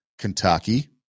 Kentucky